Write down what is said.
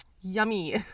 yummy